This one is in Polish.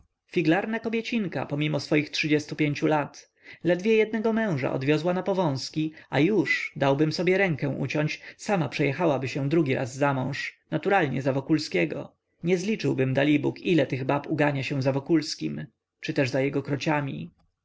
ożenił figlarna kobiecinka pomimo swoich trzydziestu pięciu lat ledwie jednego męża odwiozła na powązki a już dałbym sobie rękę uciąć sama przejechałaby się drugi raz zamąż naturalnie za wokulskiego nie zliczyłbym dalibóg ile tych bab ugania się za wokulskim czy też za jego krociami pani